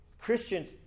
Christians